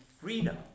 freedom